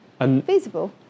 feasible